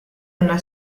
una